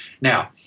Now